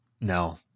no